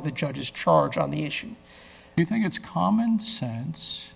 of the judge's charge on the issue you think it's common sense